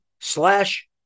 slash